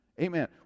Amen